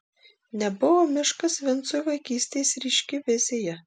nebuvo miškas vincui vaikystės ryški vizija